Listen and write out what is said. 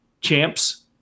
Champs